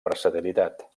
versatilitat